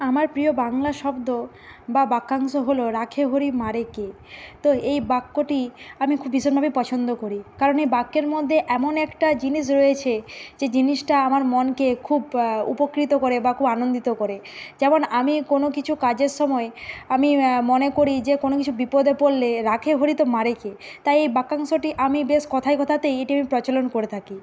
আমার প্রিয় বাংলা শব্দ বা বাক্যাংশ হলো রাখে হরি মারে কে তো এই বাক্যটি আমি খুব ভীষণভাবে পছন্দ করি কারণ এই বাক্যের মধ্যে এমন একটা জিনিস রয়েছে যে জিনিসটা আমার মনকে খুব উপকৃত করে বা খুব আনন্দিত করে যেমন আমি কোনো কিছু কাজের সময় আমি মনে করি যে কোনো কিছু বিপদে পড়লে রাখে হরি তো মারে কে তাই এই বাক্যাংশটি আমি বেশ কথায় কথাতেই এটি আমি প্রচলন করে থাকি